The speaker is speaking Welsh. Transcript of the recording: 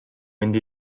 mynd